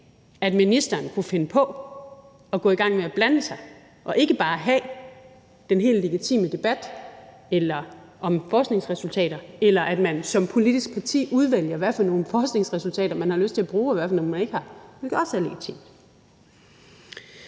at ministeren kunne finde på at gå i gang med at blande sig, så vi ikke bare har den helt legitime debat om forskningsresultater, eller at man som politisk parti udvælger, hvad for nogle forskningsresultater man har lyst til at bruge, og hvad for nogle man ikke har lyst til at bruge,